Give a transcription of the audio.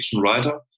writer